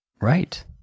Right